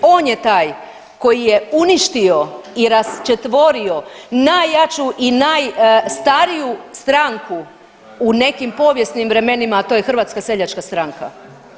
On je taj koji je uništio i raščetvorio najjaču i najstariju stranku u nekim povijesnim vremenima, a to je Hrvatska seljačka stranka.